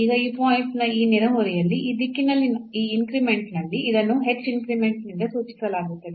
ಈಗ ಈ ಪಾಯಿಂಟ್ ನ ಈ ನೆರೆಹೊರೆಯಲ್ಲಿ ಈ ದಿಕ್ಕಿನಲ್ಲಿ ಈ ಇನ್ಕ್ರಿಮೆಂಟ್ ನಲ್ಲಿ ಇದನ್ನು h ಇನ್ಕ್ರಿಮೆಂಟ್ ನಿಂದ ಸೂಚಿಸಲಾಗುತ್ತದೆ